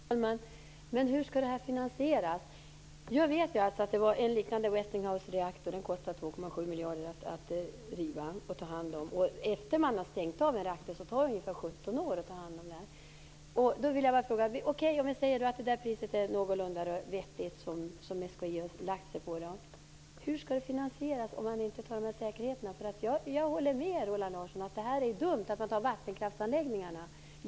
Fru talman! Hur skall detta finansieras? Jag vet ju att en liknande Westinghousereaktor kostade 2,7 miljarder att riva och ta hand om. Det tar ungefär 17 år efter det att man har stängt av en reaktor att ta hand om det här. Om vi säger att det pris som SKI har lagt sig på är någorlunda vettigt undrar jag hur detta skall finansieras om man inte har dessa säkerheter. Jag håller med Roland Larsson om att det är dumt att man tar vattenkraftsanläggningarna.